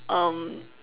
um